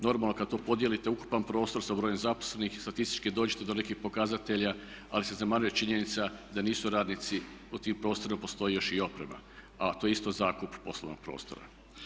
Normalno kada to podijelite ukupan prostor sa brojem zaposlenih statistički dođete do nekih pokazatelja ali se zanemaruje činjenica da nisu radnici, u tim prostorima postoji još i oprema a to je isto zakup poslovnog prostora.